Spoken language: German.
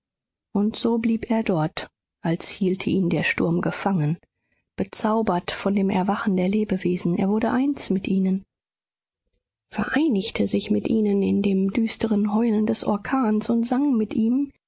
und so blieb er dort als hielte ihn der sturm gefangen bezaubert von dem erwachen der lebewesen er wurde eins mit ihnen vereinigte sich mit ihnen in dem düsteren heulen des orkans und sang mit ihm